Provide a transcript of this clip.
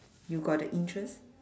you got the interest